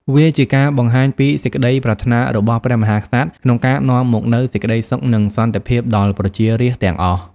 វាជាការបង្ហាញពីសេចក្តីប្រាថ្នារបស់ព្រះមហាក្សត្រក្នុងការនាំមកនូវសេចក្តីសុខនិងសន្តិភាពដល់ប្រជារាស្ត្រទាំងអស់។